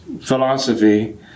philosophy